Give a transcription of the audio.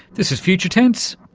this is future tense,